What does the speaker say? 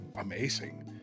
amazing